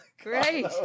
Great